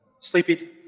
sleepy